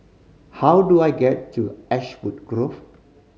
how do I get to Ashwood Grove